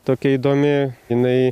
tokia įdomi jinai